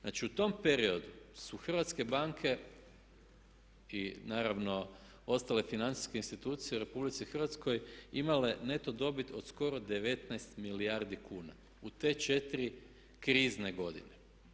Znači u tom periodu su hrvatske banke i naravno ostale financijske institucije u RH imale neto dobit od skoro 19 milijardi kuna u te četiri krizne godine.